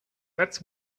that’s